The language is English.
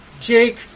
Jake